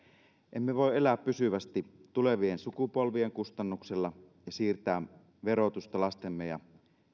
emme voi elää pysyvästi tulevien sukupolvien kustannuksella ja siirtää verotusta lastemme ja